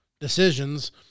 decisions